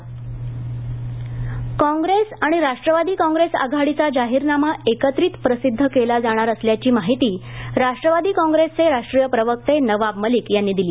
मलिक काँप्रेस आणि राष्ट्रवादी काँप्रेस आघाडीचा जाहीरनामा एकत्रित प्रसिद्ध केला जाणार असल्याची माहिती राष्ट्रवादी काँप्रेसचे राष्ट्रीय प्रवक्ते नवाब मलिक यांनी दिली